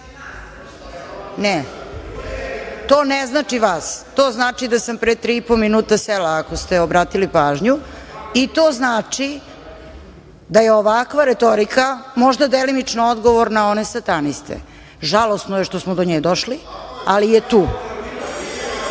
to ne znači vas. To znači da sam pre tri i po minuta sela, ako ste obratili pažnju, i to znači da je ovakva retorika možda delimično odgovor na one sataniste. Žalosno je što smo do nje došli, ali je